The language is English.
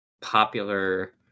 popular